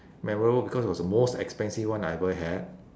memorable because it was the most expensive one I ever had